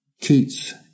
Keats